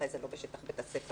מתי זה לא בשטח בית הספר.